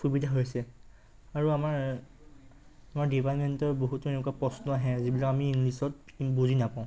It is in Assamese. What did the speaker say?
সুবিধা হৈছে আৰু আমাৰ আমাৰ ডিপাৰ্টমেণ্টৰ বহুতো এনেকুৱা প্ৰশ্ন আহে যিবিলাক আমি ইংলিছত বুজি নাপাওঁ